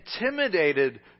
intimidated